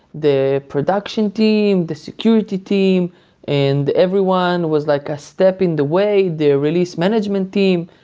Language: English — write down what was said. the production team, the security team and everyone was like a step in the way, the release management team.